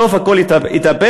בסוף הכול התהפך,